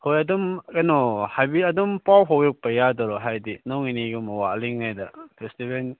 ꯍꯣꯏ ꯑꯗꯨꯝ ꯀꯩꯅꯣ ꯍꯥꯏꯕꯤ ꯑꯗꯨꯝ ꯄꯥꯎ ꯐꯥꯎꯕꯤꯔꯛꯄ ꯌꯥꯗꯣꯏꯔꯣ ꯍꯥꯏꯗꯤ ꯅꯣꯡ ꯅꯤꯅꯤꯒꯨꯝꯕ ꯋꯥꯠꯂꯤꯉꯩꯗ ꯐꯦꯁꯇꯤꯕꯦꯜ